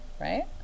right